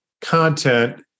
content